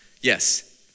Yes